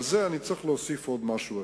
על זה אני צריך להוסיף עוד משהו.